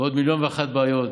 ועוד מיליון ואחת בעיות.